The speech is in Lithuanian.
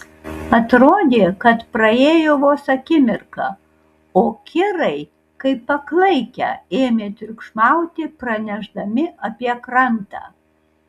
atrodė kad praėjo vos akimirka o kirai kaip paklaikę ėmė triukšmauti pranešdami apie krantą